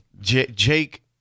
Jake